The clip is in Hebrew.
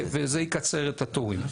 וזה יקצר את התורים.